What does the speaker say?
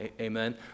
Amen